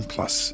Plus